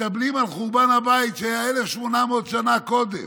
מתאבלים על חורבן הבית שהיה 1,800 מאות שנה קודם.